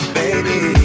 baby